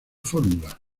fórmula